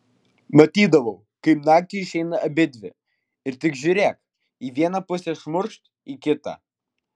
matydavau kaip naktį išeina abidvi ir tik žiūrėk į vieną pusę šmurkšt į kitą